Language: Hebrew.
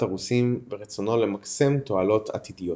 הרוסים ורצונו למקסם תועלות עתידיות.